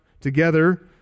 together